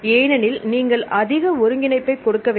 எனவே நீங்கள் அதிக ஒருங்கிணைப்பை கொடுக்க வேண்டும்